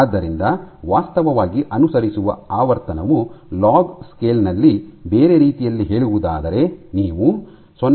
ಆದ್ದರಿಂದ ವಾಸ್ತವವಾಗಿ ಅನುಸರಿಸುವ ಆವರ್ತನವು ಲಾಗ್ ಸ್ಕೇಲ್ ನಲ್ಲಿ ಬೇರೆ ರೀತಿಯಲ್ಲಿ ಹೇಳುವುದಾದರೆ ನೀವು 0